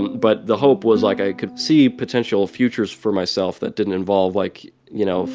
but the hope was, like, i could see potential futures for myself that didn't involve, like, you know,